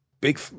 Big